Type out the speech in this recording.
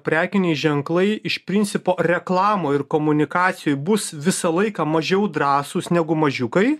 prekiniai ženklai iš principo reklamoj ir komunikacijoj bus visą laiką mažiau drąsūs negu mažiukai